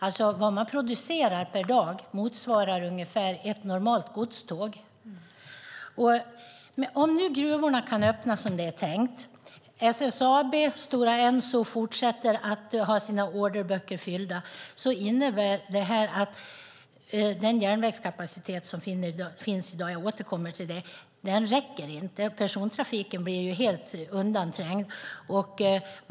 Det man producerar per dag motsvarar ungefär ett normalt godståg. Om gruvorna kan öppna som det är tänkt och SSAB och Stora Enso fortsätter att ha sina orderböcker fyllda innebär det att den järnvägskapacitet som finns i dag inte räcker, och persontrafiken blir helt undanträngd.